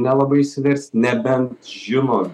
na labai išsiversi nebent žinant